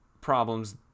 problems